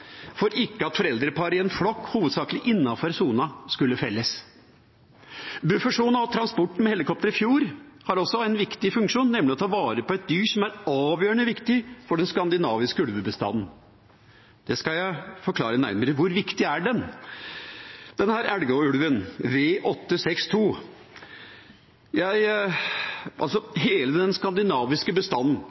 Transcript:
for at foreldreparet i en flokk, hovedsakelig innenfor sona, ikke skulle felles. Buffersona og transporten med helikopter i fjor har også en viktig funksjon, nemlig å ta vare på et dyr som er avgjørende viktig for den skandinaviske ulvebestanden. Det skal jeg forklare nærmere. Hvor viktig er den, denne Elgå-ulven, V862? Hele den skandinaviske bestanden – hele den skandinaviske bestanden